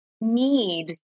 need